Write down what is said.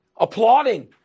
applauding